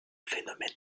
phénomène